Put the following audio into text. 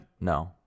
No